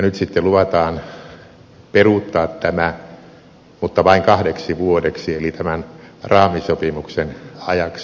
nyt sitten luvataan peruuttaa tämä mutta vain kahdeksi vuodeksi eli tämän raamisopimuksen ajaksi